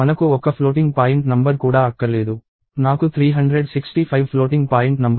మనకు ఒక్క floating point number కూడా అక్కర్లేదు నాకు 365 ఫ్లోటింగ్ పాయింట్ నంబర్లు కావాలి